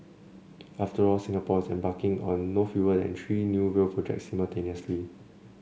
after all Singapore is embarking on no fewer than three new rail projects simultaneously